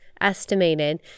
estimated